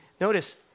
notice